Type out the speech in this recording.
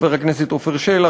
חבר הכנסת עפר שלח,